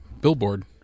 billboard